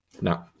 No